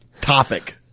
topic